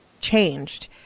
changed